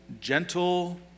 gentle